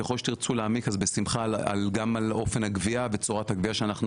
ככל שתרצו להעמיק אז בשמחה גם על אופן הגבייה ואיך היא